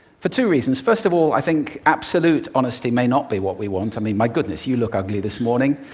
for two reasons. first of all, i think absolute honesty may not be what we want. i mean, my goodness, you look ugly this morning.